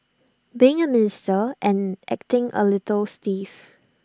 being A minister and acting A little stiff